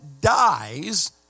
dies